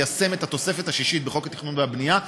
ליישם את התוספת השישית בחוק התכנון והבנייה.